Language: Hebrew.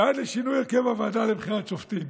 ועד לשינוי הרכב הוועדה לבחירת שופטים.